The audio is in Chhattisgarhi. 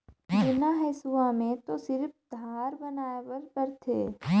जुन्ना हेसुआ में तो सिरिफ धार बनाए बर परथे